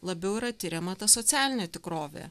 labiau yra tiriama ta socialinė tikrovė